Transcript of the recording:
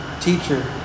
teacher